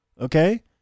okay